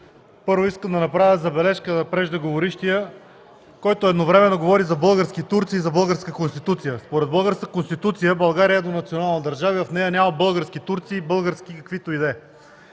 Първо, искам да направя забележка на преждеговорившия, който едновременно говори за български турци и за българска Конституция. Според българската Конституция България е еднонационална държава и в нея няма български турци и български каквито и да